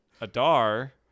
Adar